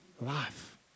life